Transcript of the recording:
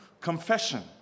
confession